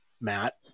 Matt